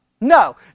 No